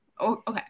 okay